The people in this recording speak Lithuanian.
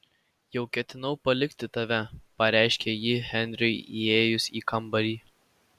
jau ketinau palikti tave pareiškė ji henriui įėjus į kambarį